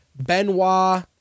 Benoit